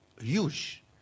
huge